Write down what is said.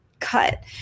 cut